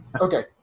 Okay